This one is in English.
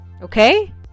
Okay